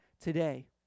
today